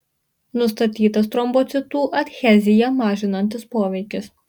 nustatytas trombocitų adheziją mažinantis poveikis